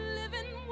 living